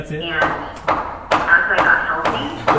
and as i got healthy,